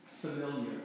familiar